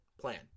plan